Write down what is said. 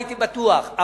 הייתי בטוח,